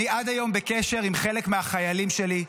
עד היום אני בקשר עם חלק מהחיילים שלי,